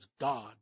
God